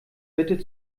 bitte